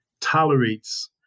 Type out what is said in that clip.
tolerates